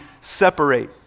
separate